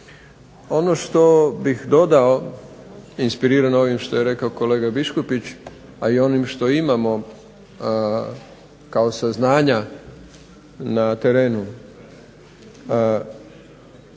Ono što bih dodao, inspirirano ovim što je rekao kolega Biškupić, a i onim što imamo kao saznanja na terenu,